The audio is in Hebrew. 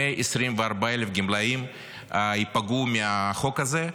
124,000 גמלאים ייפגעו מהחוק הזה,